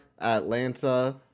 Atlanta